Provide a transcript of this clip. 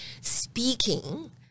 speaking